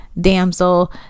damsel